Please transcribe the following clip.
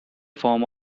form